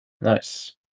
Nice